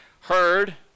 heard